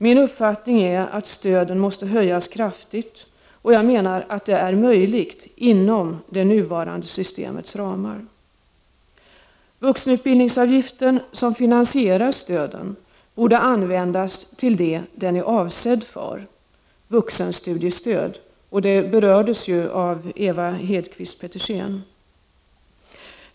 Min uppfattning är att stöden måste höjas kraftigt, och jag menar att det är möjligt inom det nuvarande systemets ramar. Vuxenutbildningsavgiften som finansierar stöden borde användas till det den är avsedd för — vuxenstudiestöd. Det berördes av Ewa Hedkvist Peter sen.